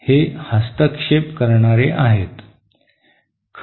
हे हस्तक्षेप करणारे आहेत